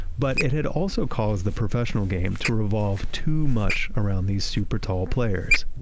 but it had also caused the professional game to revolve too much around these super tall players